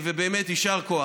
ובאמת יישר כוח.